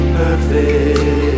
perfect